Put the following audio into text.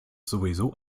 sowieso